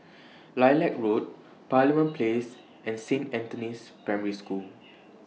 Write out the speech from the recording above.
Lilac Road Parliament Place and Saint Anthony's Primary School